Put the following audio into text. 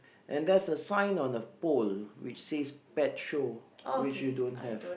and there's a sign on the pole which says petrol which you don't have